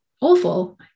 awful